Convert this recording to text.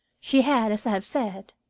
she had, as i have said,